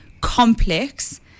complex